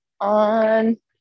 on